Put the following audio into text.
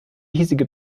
hiesige